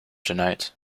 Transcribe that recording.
tonight